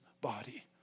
body